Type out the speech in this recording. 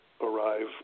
arrive